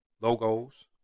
logos